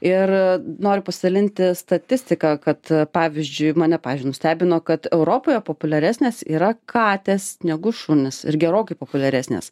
ir a noriu pasidalinti statistika kad a pavyzdžiui mane pavyzdžiui nustebino kad europoje populiaresnės yra katės negu šunys ir gerokai populiaresnės